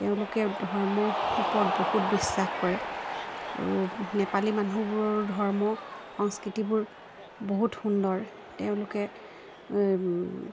তেওঁলোকে ধৰ্মৰ ওপৰত বহুত বিশ্বাস কৰে আৰু নেপালী মানুহবোৰৰো ধৰ্ম সংস্কৃতিবোৰ বহুত সুন্দৰ তেওঁলোকে